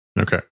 Okay